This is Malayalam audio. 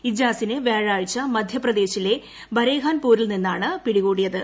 ഇജാസിനെ വ്യാഴാഴ്ച മധ്യപ്രദേശിലെ ബരേഹാൻപുരിൽ നിന്നാണ് പിടികൂടിയത്